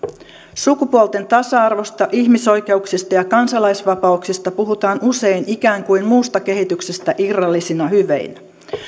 sukupuolten tasa arvosta ihmisoikeuksista ja kansalaisvapauksista puhutaan usein ikään kuin muusta kehityksestä irrallisina hyveinä